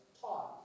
taught